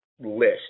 list